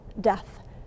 death